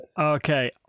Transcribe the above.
Okay